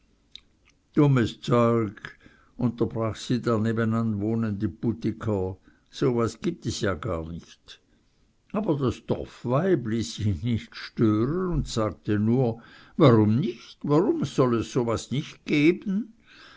dummes zeug unterbrach sie der nebenan wohnende budiker so was gibt es ja gar nich aber das torfweib ließ sich nicht stören und sagte nur warum nich warum soll es so was nich geben